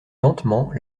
lentement